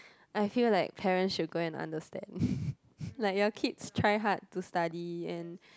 I feel like parents should go and understand like your kids try hard to study and